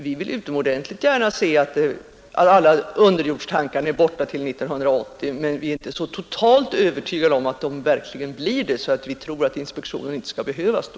Vi vill utomordentligt gärna se att alla underjordstankarna är borta till 1980, men vi är inte så totalt övertygade om att de verkligen blir det att vi tror att inspektionen inte skall behövas då.